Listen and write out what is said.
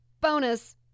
Bonus